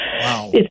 Wow